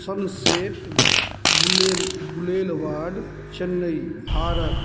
शमसेट गुलेल गुलेल वार्ड चेन्नइ भारत